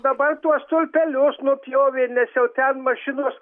dabar tuos stulpelius nupjovė nes jau ten mašinos